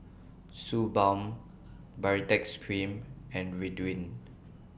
Suu Balm Baritex Cream and Ridwind